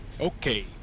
okay